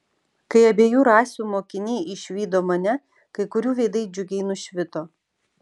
kai abiejų rasių mokiniai išvydo mane kai kurių veidai džiugiai nušvito